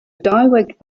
direct